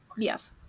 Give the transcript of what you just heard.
Yes